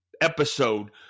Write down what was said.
episode